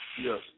Yes